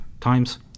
times